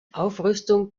aufrüstung